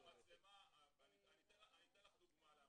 אני אתן לך דוגמה להמחשה.